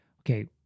okay